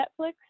Netflix